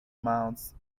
mounds